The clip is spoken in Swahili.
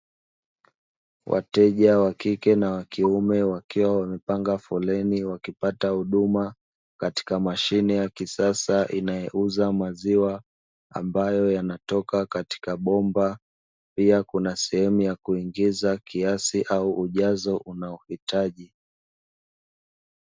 Wateja wa kike na wa kiume, wakiwa wamepanga foleni wakipata huduma katika mashine ya kisasa inayouza maziwa ambayo yanatoka katika bomba, pia kuna sehemu ya kuingiza kiasi au ujazo unaohitaji.